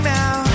now